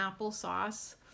applesauce